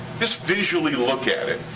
just visually look at it,